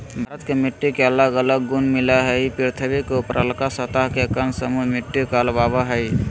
भारत के मिट्टी के अलग अलग गुण मिलअ हई, पृथ्वी के ऊपरलका सतह के कण समूह मिट्टी कहलावअ हई